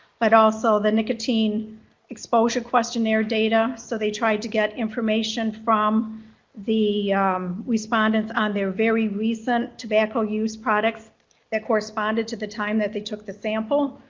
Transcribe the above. but also the nicotine exposure questionnaire data. so they tried to get information from the respondents on their very recent tobacco use products that corresponded to the time that they took the sample,